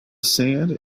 sand